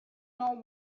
know